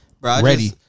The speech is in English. Ready